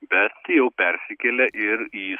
bet jau persikėlė ir į